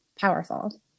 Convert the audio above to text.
powerful